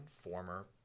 former